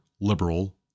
liberal